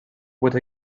with